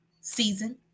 season